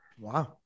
wow